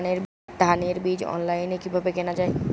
ধানের বীজ অনলাইনে কিভাবে কেনা যায়?